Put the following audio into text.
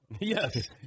Yes